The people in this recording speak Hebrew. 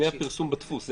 מהפרסום בדפוס.